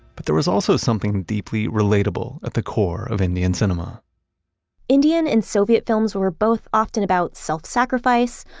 but there was also something deeply relatable at the core of indian cinema indian and soviet films were both often about self sacrifice,